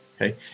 okay